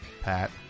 Pat